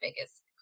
biggest